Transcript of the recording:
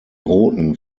roten